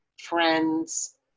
friends